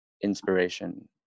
inspiration